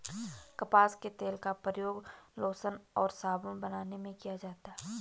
कपास के तेल का प्रयोग लोशन और साबुन बनाने में किया जाता है